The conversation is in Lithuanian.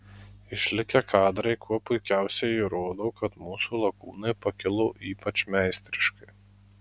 išlikę kadrai kuo puikiausiai įrodo kad mūsų lakūnai pakilo ypač meistriškai